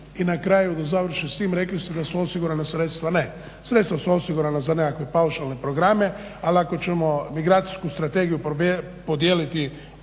I na kraju da završim s tim rekli ste da su osigurana sredstva. Ne, sredstva su osigurana za nekakve paušalne programe, ali ako ćemo Migracijsku strategiju podijeliti